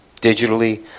digitally